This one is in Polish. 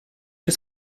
się